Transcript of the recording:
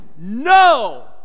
No